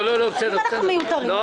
אז אם אנחנו מיותרים -- לא,